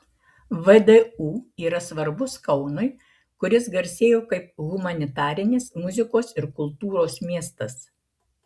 vdu yra svarbus kaunui kuris garsėjo kaip humanitarinis muzikos ir kultūros miestas